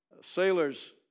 Sailors